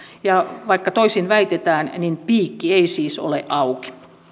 ja vaikka toisin väitetään piikki ei siis ole auki